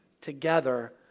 together